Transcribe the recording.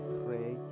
pray